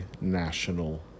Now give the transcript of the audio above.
national